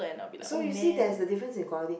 so you see there's a difference in quality